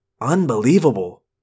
Unbelievable